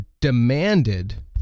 demanded